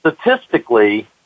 statistically